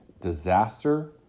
disaster